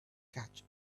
catch